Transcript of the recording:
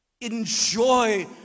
enjoy